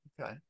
okay